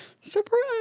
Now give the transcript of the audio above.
Surprise